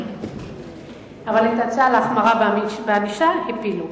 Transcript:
אבל את ההצעה להחמרה בענישה הפילו.